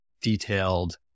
detailed